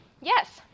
Yes